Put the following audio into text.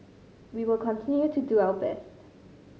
we will continue to do our best